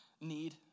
Need